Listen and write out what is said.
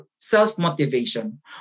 self-motivation